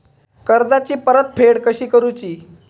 कर्जाची परतफेड कशी करूची?